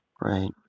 Right